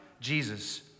Jesus